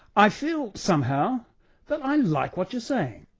i feel somehow that i like what you're saying.